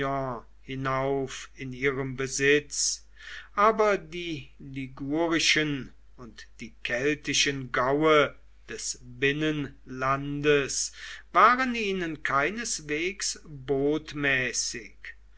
hinauf in ihrem besitz aber die ligurischen und die keltischen gaue des binnenlandes waren ihnen keineswegs botmäßig